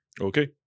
Okay